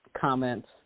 comments